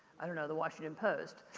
i don't know, the washington post.